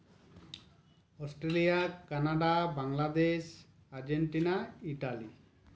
Australia Canada Bangladesh Argentina Italy